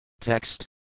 Text